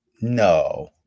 No